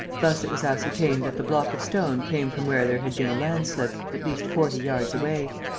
thus it was ascertained that the block of stone came from where there had been a landslip, at least forty yards away.